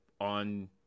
on